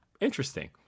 interesting